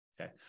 Okay